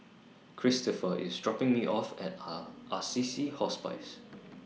Cristopher IS dropping Me off At Are Assisi Hospice